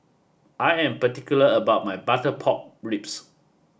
I am particular about my Butter Pork Ribs